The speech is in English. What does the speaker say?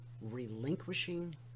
relinquishing